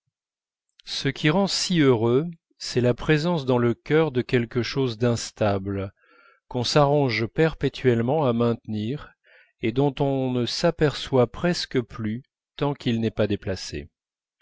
ce qui rend si heureux c'est la présence dans le cœur de quelque chose d'instable qu'on s'arrange perpétuellement à maintenir et dont on ne s'aperçoit presque plus tant qu'il n'est pas déplacé